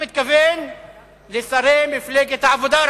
רבותי, אני מתכוון לשרי מפלגת העבודה.